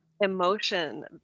emotion